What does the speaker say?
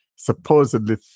Supposedly